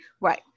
Right